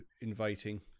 inviting